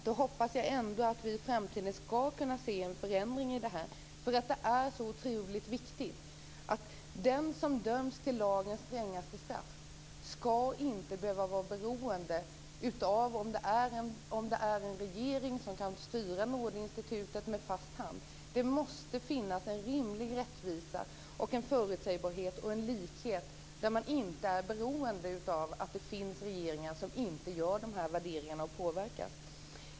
Fru talman! Jag hoppas att vi i framtiden skall kunna få till stånd en förändring. Det är viktigt att den som döms till lagens strängaste straff inte skall behöva vara beroende av om vi har en regering som kan styra nådeinstitutet med fast hand. Det måste finnas en rimlig rättvisa, en förutsägbarhet och en likhet som inte är beroende av att det finns regeringar som inte har de här värderingarna utan lätt kan påverkas.